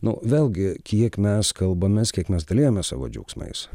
nu vėlgi kiek mes kalbamės kiek mes dalijamės savo džiaugsmais